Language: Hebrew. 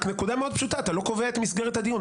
נקודה מאוד פשוטה, אתה לא קובע את מסגרת הדיון.